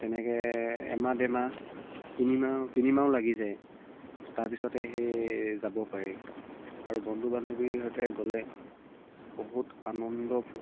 তেনেকে এমাহ ডেৰমাহ তিনিমাহো তিনিমাহো লাগি যায় তাৰপিছতে সেই যাব পাৰি আৰু বন্ধু বান্ধৱীৰ সৈতে গ'লে বহুত আনন্দ পোৱা